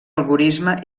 algorisme